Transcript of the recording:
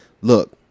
Look